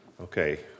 Okay